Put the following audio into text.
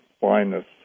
blindness